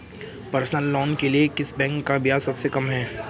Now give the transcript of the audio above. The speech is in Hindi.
पर्सनल लोंन के लिए किस बैंक का ब्याज सबसे कम है?